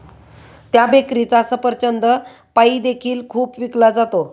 त्या बेकरीचा सफरचंद पाई देखील खूप विकला जातो